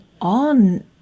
on